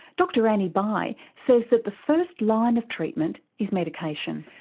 dr annie bye says that the first line of treatment is medication.